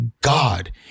God